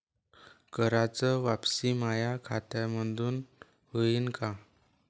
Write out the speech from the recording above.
कराच वापसी माया खात्यामंधून होईन का?